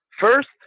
first